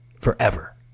forever